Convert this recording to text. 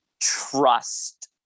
trust